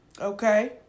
Okay